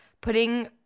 putting